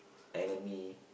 enemy